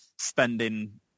spending